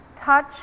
touch